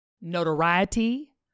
notoriety